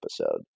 episode